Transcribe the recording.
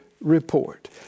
report